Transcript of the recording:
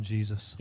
Jesus